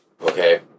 Okay